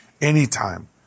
anytime